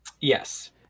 Yes